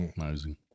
Amazing